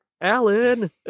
Alan